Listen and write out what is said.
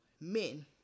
Men